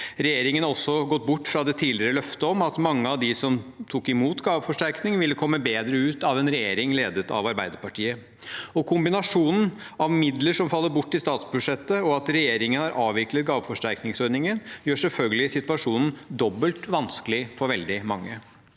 Regjeringen har også gått bort fra det tidligere løftet om at mange av dem som tok imot gaveforsterkning, ville komme bedre ut med en regjering ledet av Arbeiderpartiet. Kombinasjonen av at midler faller bort i statsbudsjettet, og at regjeringen har avviklet gaveforsterkningsordningen, gjør selvfølgelig situasjonen dobbelt vanskelig for veldig mange.